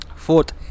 Fourth